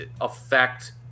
affect –